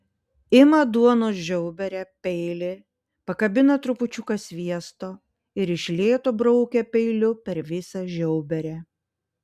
ima duonos žiauberę peilį pakabina trupučiuką sviesto ir iš lėto braukia peiliu per visą žiauberę